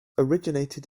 originated